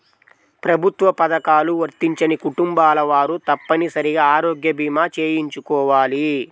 ప్రభుత్వ పథకాలు వర్తించని కుటుంబాల వారు తప్పనిసరిగా ఆరోగ్య భీమా చేయించుకోవాలి